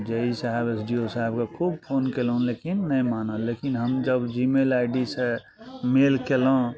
जे ई साहेबके एस डी ओ साहेबके खूब फोन कयलहुँ लेकिन नहि मानल लेकिन हम जब जी मेल आइ डी सँ मेल कयलहुँ